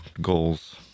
goals